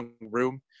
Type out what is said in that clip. room